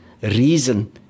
reason